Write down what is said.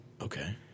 Okay